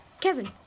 Kevin